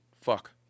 Fuck